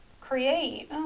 create